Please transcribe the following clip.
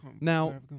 Now